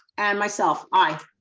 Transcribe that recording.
and myself, i,